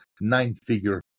nine-figure